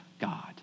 God